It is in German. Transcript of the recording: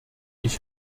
ich